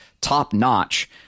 top-notch